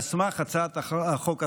על סמך הצעת החוק הזו.